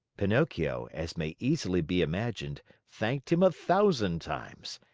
pinocchio, as may easily be imagined, thanked him a thousand times.